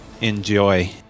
Enjoy